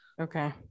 Okay